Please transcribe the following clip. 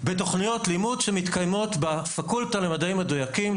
בתוכניות לימוד שמתקיימות בפקולטה למדעים מדויקים,